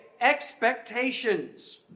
Expectations